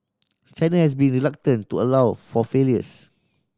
China has been reluctant to allow for failures